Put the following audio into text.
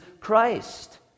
Christ